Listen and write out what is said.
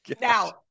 now